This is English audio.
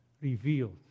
revealed